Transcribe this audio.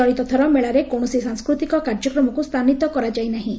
ଚଳିତ ଥର ମେଳାରେ କୌଣସି ସାଂସ୍କୃତିକ କାର୍ଯ୍ୟକ୍ରମକୁ ସ୍ଥାନିତ କରାଯାଇନାହିଁ